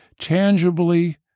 tangibly